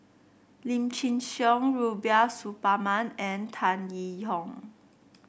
Lim Chin Siong Rubiah Suparman and Tan Yee Hong